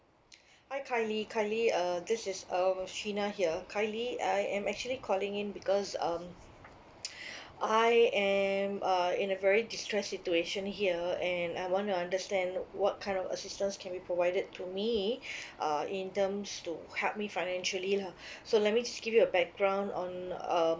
hi kylie kylie uh this is uh sheena here kylie I am actually calling in because um I am uh in a very distressed situation here and I want to understand what kind of assistance can be provided to me uh in terms to help me financially lah so let me just give you a background on um